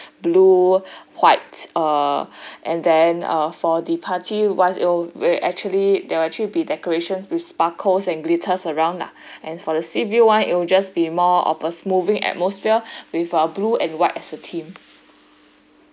blue white uh and then uh for the party [one] it'll where actually there are actually be decoration with sparkles and glitters around lah and for the sea view [one] it'll just be more of a smoothing atmosphere with uh blue and white as a theme